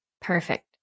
Perfect